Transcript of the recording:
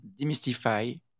demystify